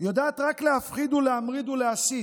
יודעת רק להפחיד, להמריד ולהסית.